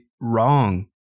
wrong